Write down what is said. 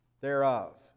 thereof